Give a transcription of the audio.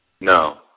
No